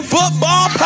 Football